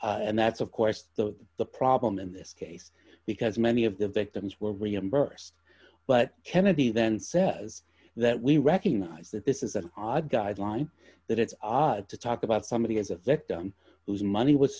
loss and that's of course the problem in this case because many of the victims were reimbursed but kennedy then says that we recognize that this is an odd guideline that it's odd to talk about somebody as a victim whose money was